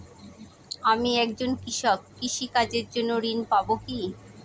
আমি একজন কৃষক কৃষি কার্যের জন্য ঋণ পাব কি?